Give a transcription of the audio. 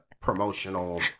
promotional